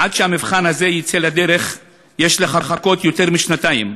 עד שהמבחן הזה יצא לדרך יש לחכות יותר משנתיים,